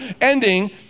ending